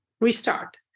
Restart